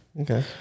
Okay